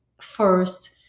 first